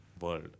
world